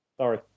Sorry